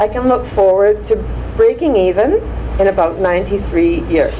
i can look forward to breaking even in about ninety three years